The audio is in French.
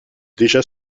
déjà